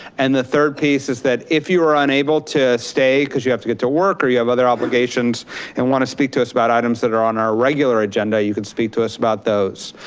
and the third piece is that if you are unable to stay cause you have to get to work or you have other obligations and want to speak to us about items that are on our regular agenda, you can speak to us about those.